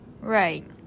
right